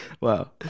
Wow